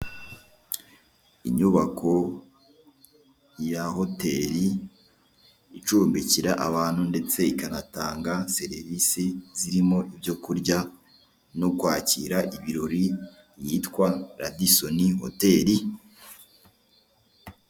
Inyubako ya hoteli, icumbikira abantu ndetse ikanatanga serivisi zirimo ibyo kurya no kwakira ibirori, yitwa Radisoni hoteli.